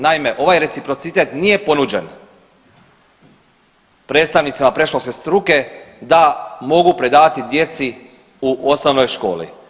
Naime, ovaj reciprocitet nije ponuđen predstavnicima predškolske struke da mogu predavati djeci u osnovnoj školi.